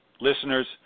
listeners